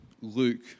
Luke